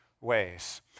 ways